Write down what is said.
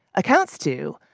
accounts to?